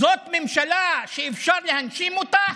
זאת ממשלה שאפשר להנשים אותה?